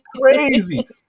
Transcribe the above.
crazy